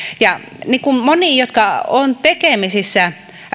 ja niin kuin moni joka on tekemisissä